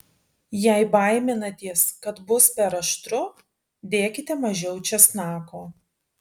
jei baiminatės kad bus per aštru dėkite mažiau česnako